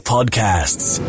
Podcasts